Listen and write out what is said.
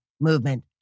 Movement